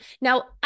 Now